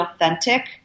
authentic